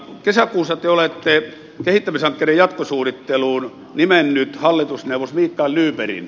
kesäkuussa te olette kehittämishankkeiden jatkosuunnitteluun nimennyt hallitusneuvos mikael nybergin